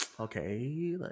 Okay